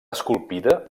esculpida